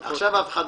בע"מ.